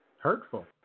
Hurtful